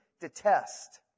detest